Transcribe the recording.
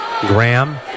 Graham